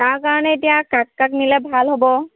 তাৰ কাৰণে এতিয়া কাক কাক নিলে ভাল হ'ব